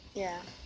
ya